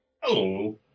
Hello